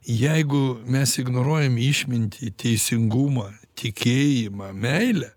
jeigu mes ignoruojam išmintį teisingumą tikėjimą meilę